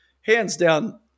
hands-down